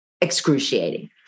excruciating